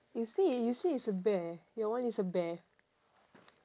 you say you say it's bear your one is a bear